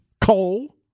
coal